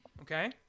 Okay